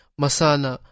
masana